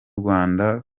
rwanda